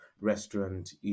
restaurant